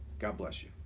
god bless you.